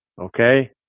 okay